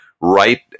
right